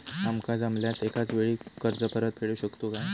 आमका जमल्यास एकाच वेळी कर्ज परत फेडू शकतू काय?